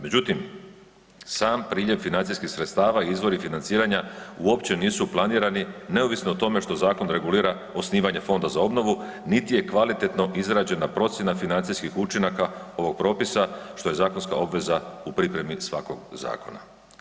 Međutim, sam priljev financijskih sredstava i izvori financiranja uopće nisu planirani neovisno o tome što zakon regulira osnivanje Fonda za obnovu niti je kvalitetno izrađena procjena financijskih učinaka ovog propisa što je zakonska obveza u pripremi svakog zakona.